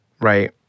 right